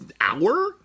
hour